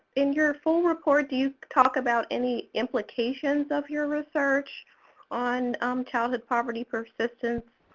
in your full report, do you talk about any implications of your research on childhood poverty persistence?